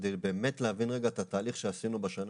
כדי באמת להבין רגע את התהליך שעשינו בשנה